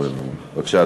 אדוני, בבקשה.